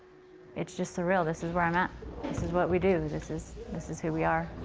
it's just surreal. this is where i'm at, this is what we do. this is this is who we are.